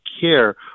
care